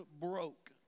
broke